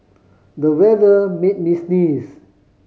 the weather made me sneeze